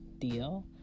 deal